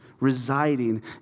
residing